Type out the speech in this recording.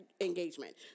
engagement